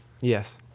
Yes